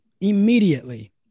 immediately